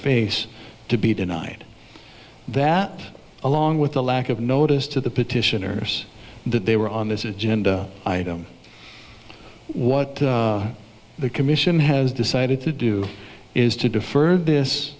face to be denied that along with the lack of notice to the petitioners that they were on this agenda item what the commission has decided to do is to defer this